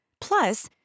Plus